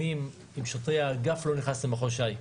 אבל אני עם שוטרי האגף לא נכנס למחוז ש"י.